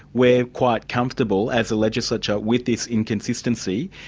we're quite comfortable as a legislature, with this inconsistency,